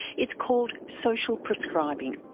it's called social prescribing.